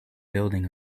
building